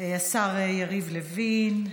השר יריב לוין.